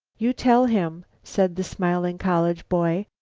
you tell him, said the smiling college boy,